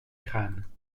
crâne